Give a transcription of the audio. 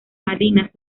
malinas